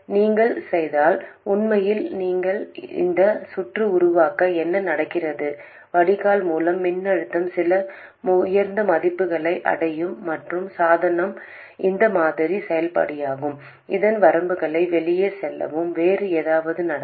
நீங்கள் செய்தால் உண்மையில் இந்த சுற்று உருவாக்க என்ன நடக்கிறது வடிகால் மூல மின்னழுத்தம் சில மிக உயர்ந்த மதிப்புகளை அடையும் மற்றும் சாதனம் இந்த மாதிரி செல்லுபடியாகும் அதன் வரம்புகளை வெளியே செல்லும் வேறு ஏதாவது நடக்கும்